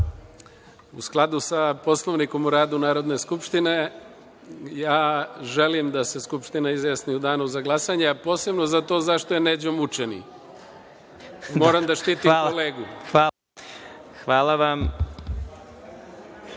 U skladu sa Poslovnikom o radu Narodne skupštine, želim da se Skupština izjasni u danu za glasanje, a posebno za to zašto je Neđo mučeni. Moram da štitim kolegu. **Vladimir